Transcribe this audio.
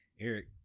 Eric